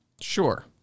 Sure